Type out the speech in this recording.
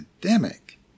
pandemic